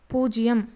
பூஜ்ஜியம்